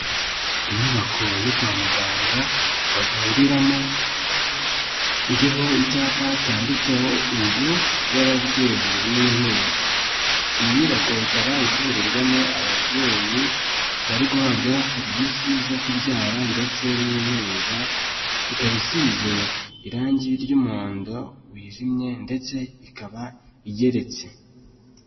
Inyubako yo kwa muganga bavuriramo, iriho icyapa cyanditseho inzu y'ababyeyi n'impinja, iyi nyubako ikaba ivurirwamo ababyeyi bari guhabwa serivisi zo kubyara ndetse n'impinja ikaba isize irangi ry'umuhondo wijimye ndetse ikaba igeretse.